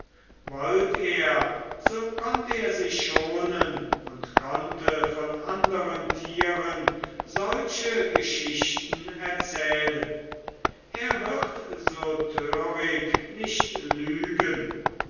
wollt er so konnt er sie schonen und konnte von anderen tieren solche geschichten erzählen er wird so törig nicht lügen